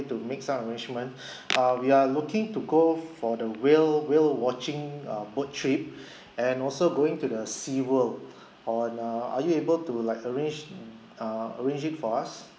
to make some arrangements uh we're looking to go for the whale whale watching uh boat trip and also going to the sea world on err are you able to like arrange uh arrange it for us